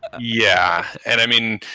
yeah, and i mean,